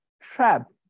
trap